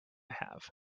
have